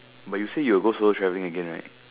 but you say you will go solo traveling again right